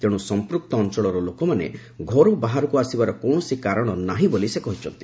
ତେଣୁ ସମ୍ପୃକ୍ତ ଅଞ୍ଚଳର ଲୋକମାନେ ଘରୁ ବାହାରକୁ ଆସିବାର କୌଣସି କାରଣ ନାହିଁ ବୋଲି ସେ କହିଚ୍ଚନ୍ତି